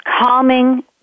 calming